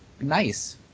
nice